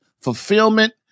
fulfillment